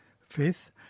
Fifth